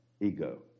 ego